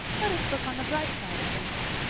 let us look on the bright side of things.